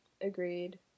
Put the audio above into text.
Agreed